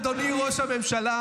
לעד, אדוני ראש הממשלה,